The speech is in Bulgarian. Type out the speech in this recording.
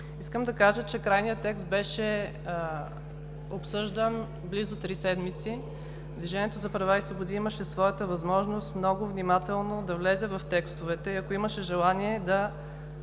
Искам да кажа, че крайният текст беше обсъждан близо три седмици. „Движението за права и свободи“ имаше своята възможност много внимателно да влезе в текстовете и, ако имаше желание, да